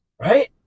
Right